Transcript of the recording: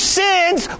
sins